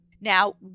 Now